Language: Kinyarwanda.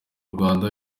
rwanda